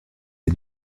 est